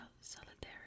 Solidarity